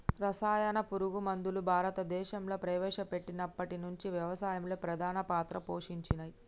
రసాయన పురుగు మందులు భారతదేశంలా ప్రవేశపెట్టినప్పటి నుంచి వ్యవసాయంలో ప్రధాన పాత్ర పోషించినయ్